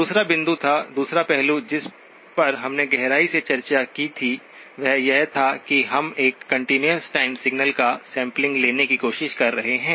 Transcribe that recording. दूसरा बिंदु या दूसरा पहलू जिस पर हमने गहराई से चर्चा की थी वह यह था कि हम एक कंटीन्यूअस टाइम सिग्नलका सैंपलिंग लेने की कोशिश कर रहे हैं